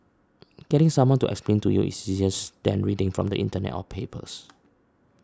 getting someone to explain to you is easier than reading from the internet or papers